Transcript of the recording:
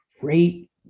great